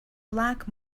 black